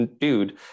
dude